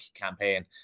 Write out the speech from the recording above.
campaign